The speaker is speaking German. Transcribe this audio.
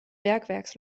bergwerks